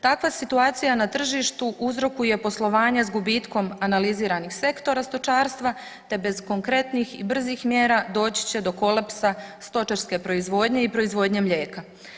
Takva situacija na tržištu uzrokuje poslovanje s gubitkom analiziranih sektora stočarstva te bez konkretnih i brzih mjera doći će do kolapsa stočarske proizvodnje i proizvodnje mlijeka.